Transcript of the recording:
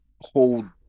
hold